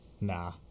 nah